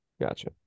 Gotcha